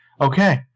okay